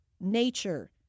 nature